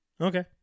Okay